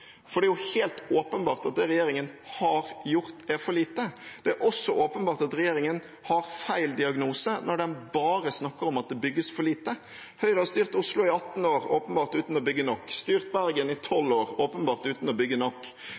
for det er helt åpenbart at det regjeringen har gjort, er for lite. Det er også åpenbart at regjeringen har feil diagnose når de bare snakker om at det bygges for lite. Høyre har styrt Oslo i 18 år, åpenbart uten å bygge nok. De har styrt Bergen i tolv år, åpenbart uten å bygge nok.